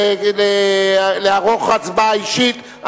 לערוך הצבעה אישית,